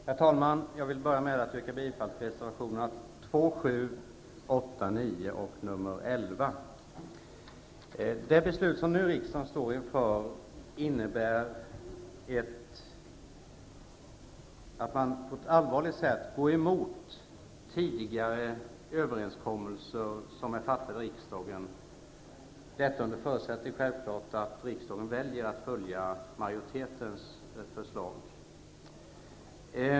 Herr talman! Jag vill börja med att yrka bifall till reservationerna 2, 7, 8, 9 och 11. Det beslut som riksdagen nu står inför innebär att man på ett allvarligt sätt går emot de tidigare beslut som är fattade av riksdagen -- detta självfallet under förutsättning att riksdagen väljer att följa majoritetens förslag.